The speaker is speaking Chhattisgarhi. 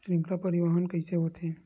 श्रृंखला परिवाहन कइसे होथे?